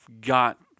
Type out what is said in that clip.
got